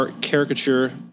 Caricature